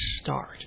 start